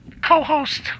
Co-host